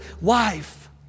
wife